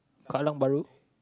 Kallang-Bahru